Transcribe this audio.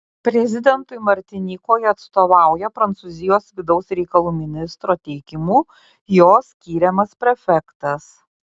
prezidentui martinikoje atstovauja prancūzijos vidaus reikalų ministro teikimu jo skiriamas prefektas